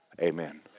Amen